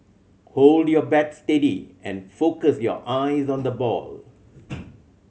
hold your bat steady and focus your eyes on the ball